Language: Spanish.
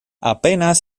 apenas